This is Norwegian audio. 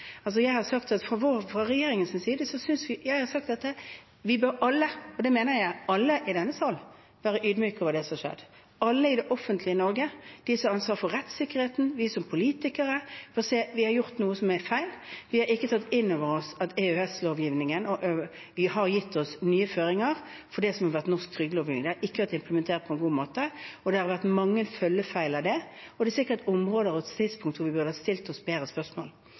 Jeg har sagt at fra regjeringens side synes vi at vi bør alle – og det mener jeg – i denne sal være ydmyke over det som har skjedd. Alle i det offentlige Norge – de som har ansvar for rettssikkerheten, vi som politikere – bør se at vi har gjort noe som er feil. Vi har ikke tatt inn over oss at EØS-lovgivningen har gitt oss nye føringer for det som har vært norsk trygdelovgivning. Det har ikke vært implementert på en god måte, og det har vært mange følgefeil av det. Det er sikkert områder og tidspunkter hvor vi burde stilt bedre spørsmål,